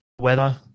weather